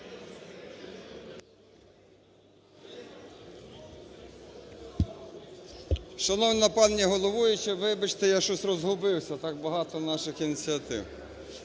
Шановна пані головуюча, вибачте, я щось розгубився, так багато наших ініціатив.